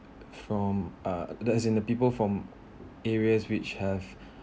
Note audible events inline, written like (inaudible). from uh as the people from areas which have (breath)